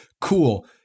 Cool